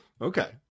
Okay